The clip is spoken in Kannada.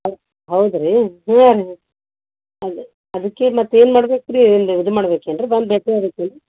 ಅದು ಹೌದು ರೀ ನೀವು ಯಾರು ಅದೆ ಅದಕ್ಕೆ ಮತ್ತೇನು ಮಾಡ್ಬೇಕು ರೀ ಒಂದೇ ಇದು ಮಾಡ್ಬೇಕು ಏನು ರೀ ಬಂದು ಭೇಟಿ ಆಗ್ಬೇಕು ಏನು